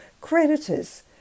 creditors